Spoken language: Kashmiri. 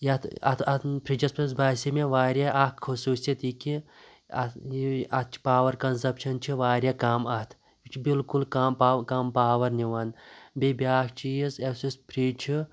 یِتھ اَتھ اَتھ فِرِجَس منٛز باسے مےٚ وارِیاہ اَکھ خصوٗصِیَت یہِ کہِ اَتھ یہِ اَتھ چھُ پاوَر کَنزَپشَن چھُ وارِیاہ کَم اَتھ یہِ چھُ بِلکُل کَم پاو کَم پاور نِوان بیٚیہِ بیٛاکھ چیٖز یُس اَسہِ فِریج چھُ